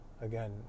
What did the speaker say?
Again